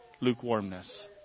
lukewarmness